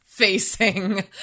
facing